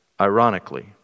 ironically